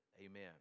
Amen